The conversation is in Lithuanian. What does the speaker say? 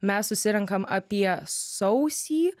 mes susirenkam apie sausį